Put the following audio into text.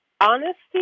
honesty